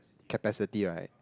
capacity right